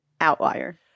outlier